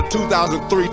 2003